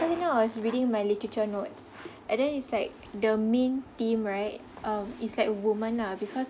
until now I was reading my literature notes and then it's like the main theme right um is like a woman lah because